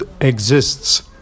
exists